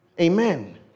Amen